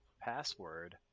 password